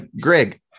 Greg